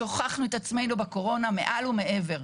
שהוכחנו את עצמנו בקורונה מעל ומעבר,